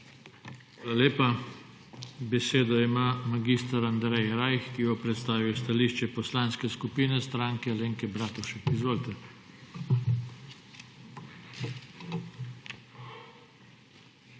Hvala lepa. Besedo ima mag. Andrej Rajh, ki bo predstavil stališče Poslanske skupine Stranke Alenke Bratušek. Izvolite. MAG.